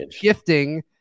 gifting